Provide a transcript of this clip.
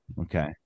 Okay